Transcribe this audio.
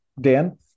Dan